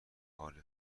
حال